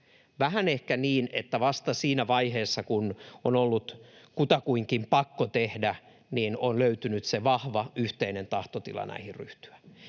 vähän ehkä niin, että vasta siinä vaiheessa, kun on ollut kutakuinkin pakko tehdä, on löytynyt se vahva yhteinen tahtotila näihin ryhtyä.